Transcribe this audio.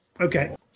Okay